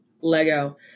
Lego